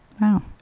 Wow